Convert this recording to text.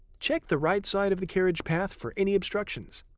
check the right side of the carriage path for any obstructions.